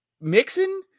mixing